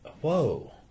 whoa